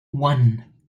one